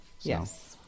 yes